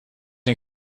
een